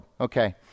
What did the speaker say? Okay